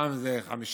פעם זה חמישה,